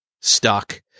stuck